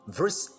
verse